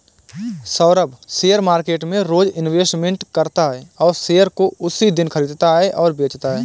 Saurabh share market में रोज investment करता है और शेयर को उसी दिन खरीदता और बेचता है